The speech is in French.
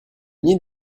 nid